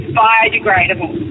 biodegradable